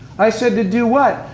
i said, to do what?